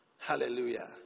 Hallelujah